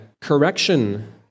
correction